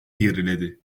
geriledi